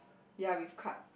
ya with card